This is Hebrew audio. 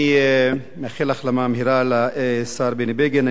אני מאחל החלמה מהירה לשר בנימין בגין.